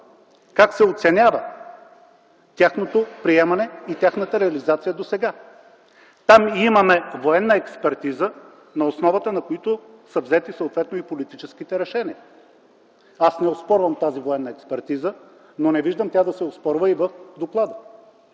как се оценява тяхното приемане и тяхната реализация досега. Там имаме военна експертиза, на основата на които са взети съответно и политическите решения. Аз не оспорвам тази военна експертиза, но не виждам тя да се оспорва и в доклада.